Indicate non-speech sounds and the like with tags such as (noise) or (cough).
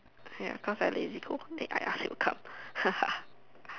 ya because I lazy go then I ask him to come (laughs)